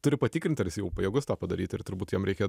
turi patikrint ar jis jau pajėgus tą padaryti ir turbūt jam reikia